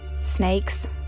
Snakes